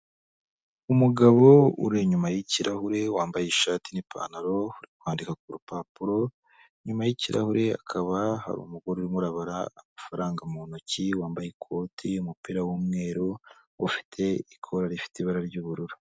Umugabo uri inyuma y'ikirahure, wambaye ishati n'ipantaro, ari kwandika ku rupapuro, inyuma y'ikirahure hakaba hari umugore urimo uraba amafaranga mu ntoki wambaye ikoti, umupira w'umweru ufite ikora rifite ibara ry'ubururu.